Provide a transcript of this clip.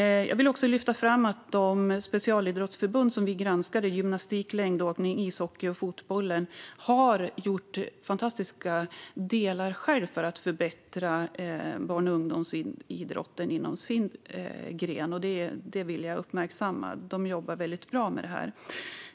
Jag vill också lyfta fram att de specialidrottsförbund som vi granskade - gymnastik, längdåkning, ishockey och fotboll - har gjort fantastiska delar själva för att förbättra barn och ungdomsidrotten inom sina grenar. Detta vill jag uppmärksamma. De jobbar mycket bra med detta.